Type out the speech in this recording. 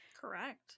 Correct